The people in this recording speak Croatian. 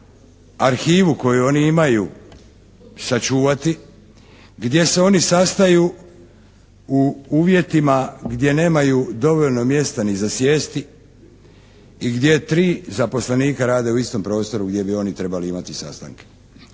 arhivu koju oni imaju sačuvati, gdje se oni sastaju u uvjetima gdje nemaju dovoljno mjesta ni za sjesti i gdje 3 zaposlenika rade u istom prostoru gdje bi oni trebali imati sastanke.